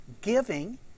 giving